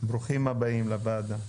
ברוכים הבאים לוועדה.